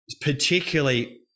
particularly